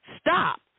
stop